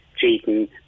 cheating